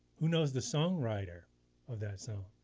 who knows the songwriter of that so